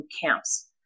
camps